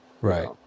right